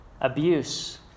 abuse